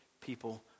people